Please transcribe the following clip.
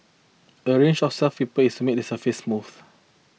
a range of is made the surface smooth